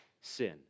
sin